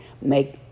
make